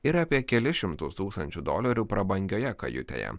ir apie kelis šimtus tūkstančių dolerių prabangioje kajutėje